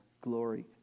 glory